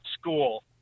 school